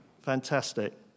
Fantastic